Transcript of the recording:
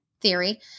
theory